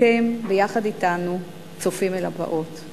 אתם ביחד אתנו צופים אל הבאות.